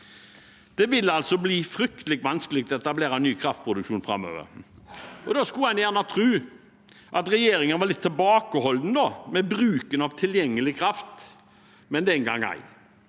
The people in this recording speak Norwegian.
Det vil altså bli fryktelig vanskelig å etablere ny kraftproduksjon framover. Da skulle en gjerne tro at regjeringen var litt tilbakeholden med bruken av tilgjengelig kraft, men den gang ei.